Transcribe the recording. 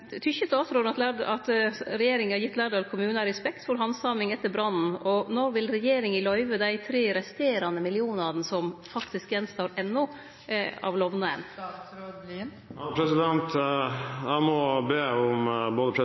at regjeringa har gitt Lærdal kommune respekt for handsaminga etter brannen, og når vil regjeringa løyve dei tre resterande millionane – som faktisk står att enno – av lovnaden? Jeg må be om både